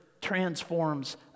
transforms